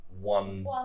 one